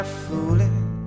fooling